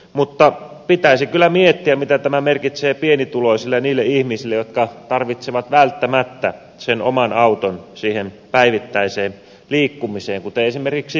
mutta pitäisi kyllä miettiä mitä tämä merkitsee pienituloisille ja niille ihmisille jotka tarvitsevat välttämättä sen oman auton siihen päivittäiseen liikkumiseen kuten esimerkiksi työssäkäyntiin